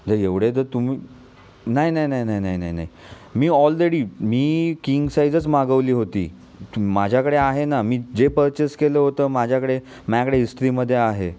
जर एवढं जर तुम्ही नाही नाही नाही नाही नाही मी ऑलदेडी मी किंग साईझच मागवली होती तुम माझ्याकडे आहे ना मी जे पर्चेस केलं होतं माझ्याकडे माझ्याकडे हिस्टरीमध्ये आहे